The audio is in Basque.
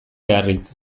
beharrik